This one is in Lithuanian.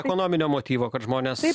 ekonominio motyvo kad žmonės